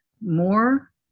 more